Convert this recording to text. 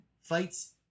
fights